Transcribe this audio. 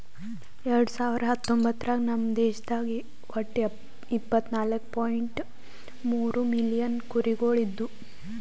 ಎರಡು ಸಾವಿರ ಹತ್ತೊಂಬತ್ತರಾಗ ನಮ್ ದೇಶದಾಗ್ ಒಟ್ಟ ಇಪ್ಪತ್ನಾಲು ಪಾಯಿಂಟ್ ಮೂರ್ ಮಿಲಿಯನ್ ಕುರಿಗೊಳ್ ಇದ್ದು